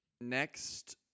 Next